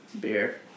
Beer